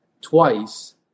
Twice